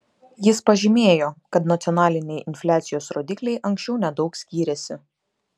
jis pažymėjo kad nacionaliniai infliacijos rodikliai anksčiau nedaug skyrėsi